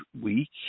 week